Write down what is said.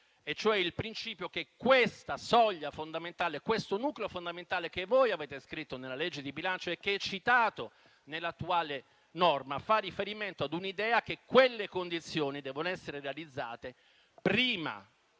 il principio che questa soglia fondamentale, questo nucleo fondamentale che voi avete scritto nella legge di bilancio, e che è citato nell'attuale norma, fa riferimento a un'idea che quelle condizioni devono essere realizzate prima che